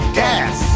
gas